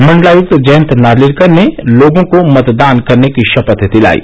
मण्डलायुक्त जयंत नार्लिकर ने लोगों को मतदान करने की शपथ दिलायी